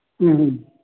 ꯎꯝ ꯎꯝ